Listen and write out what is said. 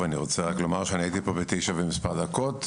אני רוצה רק לומר שאני הייתי פה בתשע ומספר דקות,